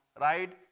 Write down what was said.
right